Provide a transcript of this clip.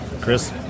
Chris